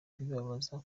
bibabaza